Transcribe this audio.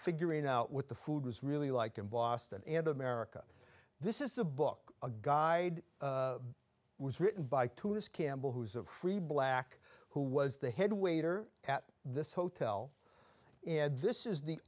figuring out what the food is really like in boston and america this is a book a guide was written by tunis campbell who's a free black who was the head waiter at this hotel and this is the